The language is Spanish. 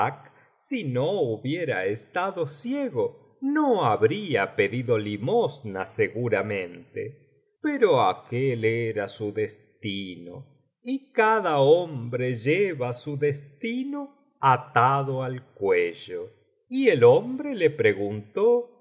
si no hubiera estado ciego no habría pedido limosna seguramente pero aquel era su destino y cada hombre lleva su destino atado al cuello y el hombre le preguntó